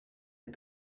est